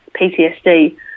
PTSD